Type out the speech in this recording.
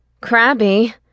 Crabby